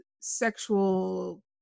sexual